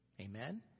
Amen